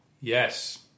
Yes